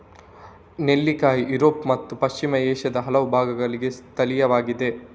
ನೆಲ್ಲಿಕಾಯಿ ಯುರೋಪ್ ಮತ್ತು ಪಶ್ಚಿಮ ಏಷ್ಯಾದ ಹಲವು ಭಾಗಗಳಿಗೆ ಸ್ಥಳೀಯವಾಗಿದೆ